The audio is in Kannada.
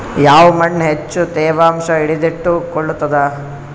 ಯಾವ್ ಮಣ್ ಹೆಚ್ಚು ತೇವಾಂಶ ಹಿಡಿದಿಟ್ಟುಕೊಳ್ಳುತ್ತದ?